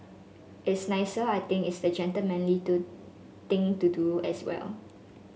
it's nicer I think it's the gentlemanly to thing to do as well